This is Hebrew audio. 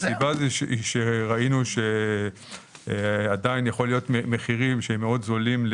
כי ראינו שלחומרים כאלה עדיין יכולים להיות מחירים מאוד זולים,